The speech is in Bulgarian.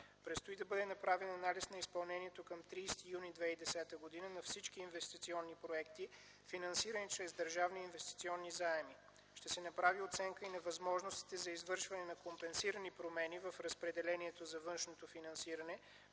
Предстои да бъде направен анализ на изпълнението към 30 юни 2010 г. на всички инвестиционни проекти, финансирани чрез държавни инвестиционни заеми. Ще се направи оценка и на възможностите за извършване на компенсирани промени в разпределението за външното финансиране